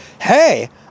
Hey